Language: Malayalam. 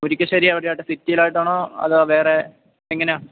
മുരിക്കാശ്ശേരിയിൽ എവിടെ ആയിട്ടാണ് സിറ്റിയിലായിട്ടാണോ അതോ വേറെ എങ്ങനെയാണ്